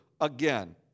again